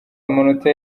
amanota